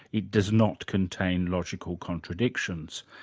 it does not contain logical contradictions.